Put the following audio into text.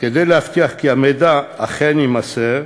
כדי להבטיח כי המידע אכן יימסר.